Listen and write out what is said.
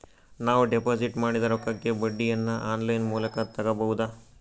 ನಾವು ಡಿಪಾಜಿಟ್ ಮಾಡಿದ ರೊಕ್ಕಕ್ಕೆ ಬಡ್ಡಿಯನ್ನ ಆನ್ ಲೈನ್ ಮೂಲಕ ತಗಬಹುದಾ?